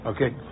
Okay